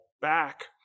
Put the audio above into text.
back